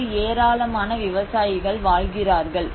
இங்கு ஏராளமான விவசாயிகள் வாழ்கிறார்கள்